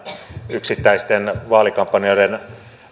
yksittäisten vaalikampanjoiden